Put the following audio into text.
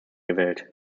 gewählt